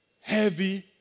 heavy